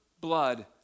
blood